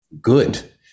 good